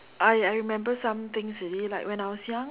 I I remember some things already like when I was young